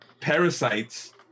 parasites